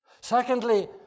Secondly